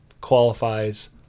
qualifies